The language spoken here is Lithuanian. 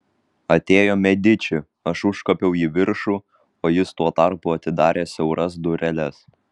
atėjo mediči aš užkopiau į viršų o jis tuo tarpu atidarė siauras dureles